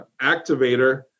activator